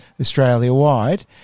Australia-wide